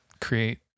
create